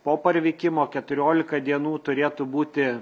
po parvykimo keturiolika dienų turėtų būti